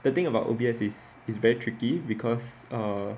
the thing about O_B_S is it's very tricky because err